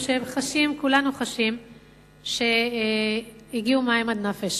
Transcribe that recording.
כולנו חשים שהגיעו מים עד נפש